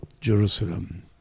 Jerusalem